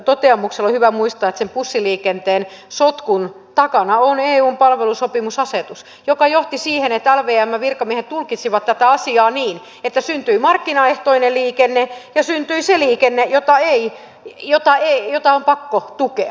on hyvä muistaa että sen bussiliikenteen sotkun takana on eun palvelusopimusasetus joka johti siihen että lvmn virkamiehet tulkitsivat tätä asiaa niin että syntyi markkinaehtoinen liikenne ja syntyi se liikenne jota on pakko tukea